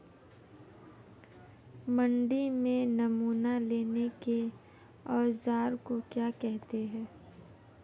मंडी में नमूना लेने के औज़ार को क्या कहते हैं?